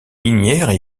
minières